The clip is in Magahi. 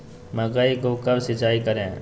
मकई को कब सिंचाई करे?